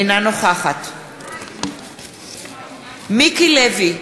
אינה נוכחת מיקי לוי,